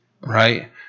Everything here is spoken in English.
right